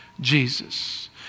Jesus